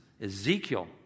Ezekiel